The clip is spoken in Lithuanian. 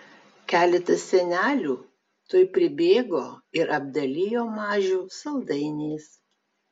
keletas senelių tuoj pribėgo ir apdalijo mažių saldainiais